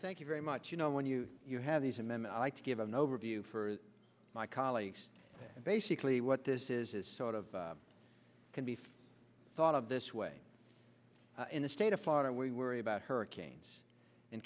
thank you very much you know when you have these m m i to give an overview for my colleagues basically what this is is sort of can be thought of this way in the state of florida we worry about hurricanes in